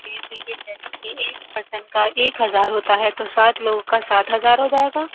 ایک پرسن کا ایک ہزار ہوتا ہے تو سات لوگوں کا سات ہزار ہو جائے گا